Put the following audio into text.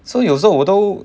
so 有时候我都